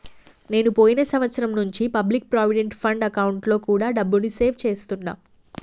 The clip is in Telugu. నేను పోయిన సంవత్సరం నుంచి పబ్లిక్ ప్రావిడెంట్ ఫండ్ అకౌంట్లో కూడా డబ్బుని సేవ్ చేస్తున్నా